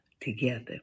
together